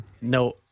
No